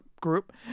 group